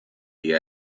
the